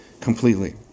completely